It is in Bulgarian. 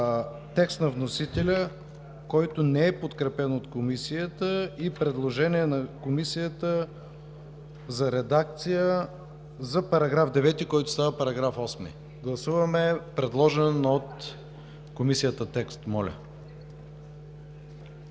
текст на вносителя, който не е подкрепен от Комисията, и предложение на Комисията за редакция на § 9, който става § 8. Гласуваме предложен от Комисията текст.